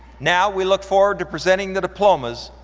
now we look forward to presenting the diplomas,